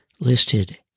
listed